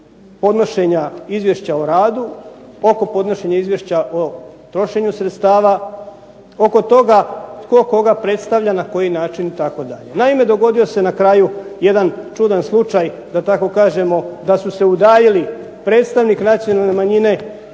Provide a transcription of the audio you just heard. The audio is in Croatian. podnošenja izvješća o radu, oko podnošenja izvješća o trošenju sredstava, oko toga tko koga predstavlja, na koji način itd. Naime, dogodio se na kraju jedan čudan slučaj, da su se udaljili predstavnik nacionalne manjine